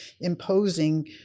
imposing